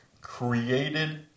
created